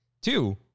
two